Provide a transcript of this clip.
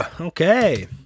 okay